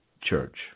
church